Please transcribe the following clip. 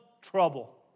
trouble